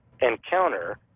encounter